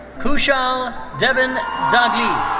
kushal devin dagli.